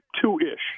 two-ish